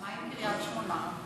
מה עם קריית שמונה?